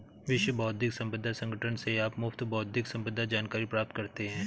विश्व बौद्धिक संपदा संगठन से आप मुफ्त बौद्धिक संपदा जानकारी प्राप्त करते हैं